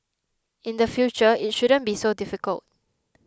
in the future it shouldn't be so difficult